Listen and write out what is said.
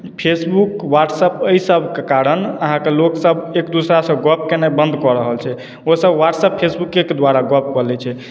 Facebook WhatsApp एहिसभके कारण अहाँके लोकसभ एकदोसरासँ गप्प केनाइ बन्द कऽ रहल छै ओसभ व्हाट्सप्प फेसबुकेके द्वारा गप्प कऽ लैत छै